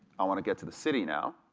i want to get to the city now,